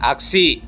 आगसि